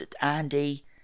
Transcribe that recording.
Andy